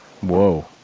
Whoa